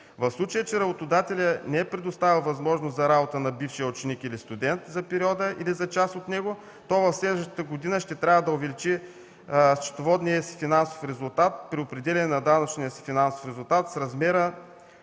В случай че работодателят не е предоставил възможност за работа на бившия ученик или студент за периода или за част него, то в следващата година ще трябва да увеличи счетоводния си финансов резултат при определяне на данъчния си финансов резултат с размера